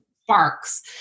sparks